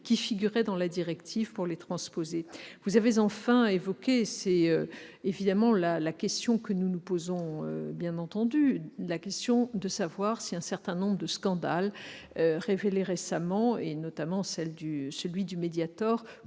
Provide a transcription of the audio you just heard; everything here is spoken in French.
qui figuraient dans la directive pour les transposer. Vous avez en outre évoqué la question- nous nous la posons, bien entendu -de savoir si un certain nombre de scandales révélés récemment, notamment celui du Mediator,